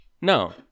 No